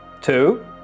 Two